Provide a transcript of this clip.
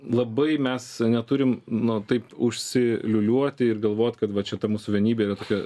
labai mes neturim nu taip užsiliūliuoti ir galvot kad va čia ta mūsų vienybė yra tokia